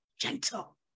gentle